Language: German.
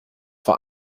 vor